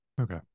okay